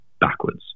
backwards